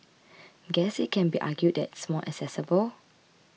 guess it can be argued that it's more accessible